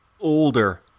older